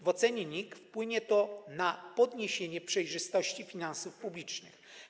W ocenie NIK wpłynie to na zwiększenie przejrzystości finansów publicznych.